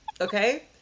Okay